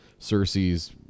Cersei's